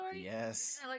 Yes